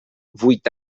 vuit